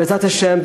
בעזרת השם,